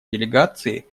делегации